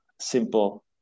simple